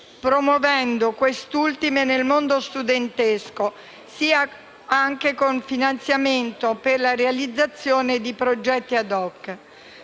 promuovendo queste ultime nel mondo studentesco, anche con il finanziamento per la realizzazione di progetti *ad hoc*.